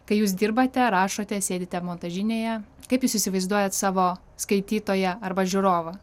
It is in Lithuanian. kai jūs dirbate rašote sėdite montažinėje kaip jūs įsivaizduojat savo skaitytoją arba žiūrovą